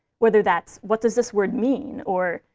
whether that's, what does this word mean? or,